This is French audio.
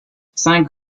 cinq